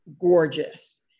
gorgeous